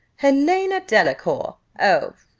helena delacour oh!